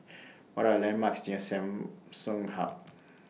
What Are The landmarks near Samsung Hub